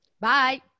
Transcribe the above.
Bye